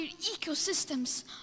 ecosystems